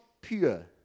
pure